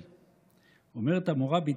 את צריכה להתנצל.